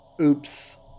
oops